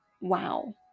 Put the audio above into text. wow